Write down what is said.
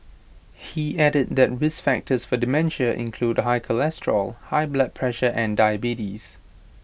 he added that risk factors for dementia include high cholesterol high blood pressure and diabetes